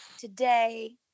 Today